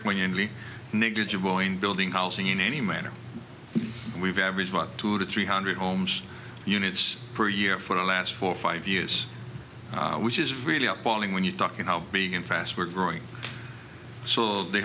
poignantly negligible in building housing in any manner we've averaged about two to three hundred homes units per year for the last four or five years which is really appalling when you talk in how big and fast we're growing so the